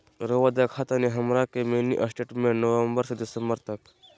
रहुआ देखतानी हमरा के मिनी स्टेटमेंट नवंबर से दिसंबर तक?